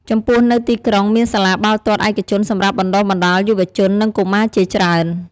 ចំពោះនៅទីក្រុង មានសាលាបាល់ទាត់ឯកជនសម្រាប់បណ្តុះបណ្តាលយុវជន និងកុមារជាច្រើន។